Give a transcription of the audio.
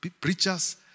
preachers